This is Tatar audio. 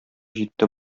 җитте